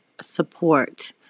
support